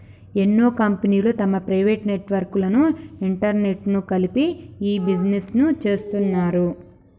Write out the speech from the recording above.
ఎన్నో కంపెనీలు తమ ప్రైవేట్ నెట్వర్క్ లను ఇంటర్నెట్కు కలిపి ఇ బిజినెస్ను చేస్తున్నాయి